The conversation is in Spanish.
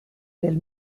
del